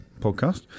podcast